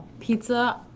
Pizza